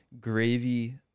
Gravy